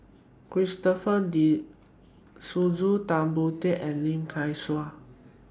Christopher De Souza Tan Boon Teik and Lim Kay Siu